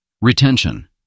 Retention